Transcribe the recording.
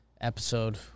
Episode